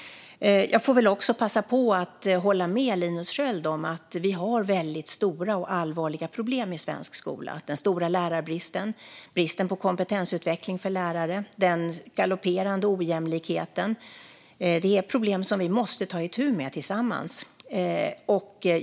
Jag passar också på att hålla med Linus Sköld om att vi har väldigt stora och allvarliga problem i svensk skola: den stora lärarbristen, bristen på kompetensutveckling för lärare och den galopperande ojämlikheten. Dessa problem måste vi ta itu med tillsammans.